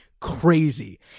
crazy